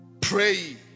Pray